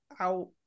out